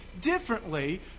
differently